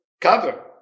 cover